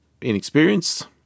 inexperienced